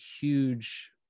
huge